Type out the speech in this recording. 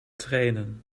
trainen